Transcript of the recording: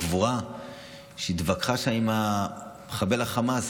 שבגבורה היא התווכחה שם עם מחבל חמאס,